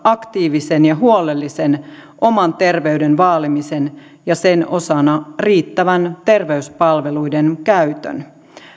aktiivisen ja huolellisen oman terveyden vaalimisen ja sen osana riittävän terveyspalveluiden käytön